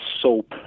soap